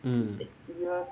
mm